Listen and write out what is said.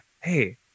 hey